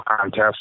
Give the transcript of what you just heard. contest